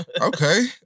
Okay